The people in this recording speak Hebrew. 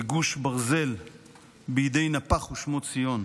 כגוש ברזל בידי נפח ושמו ציון,